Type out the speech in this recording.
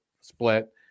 split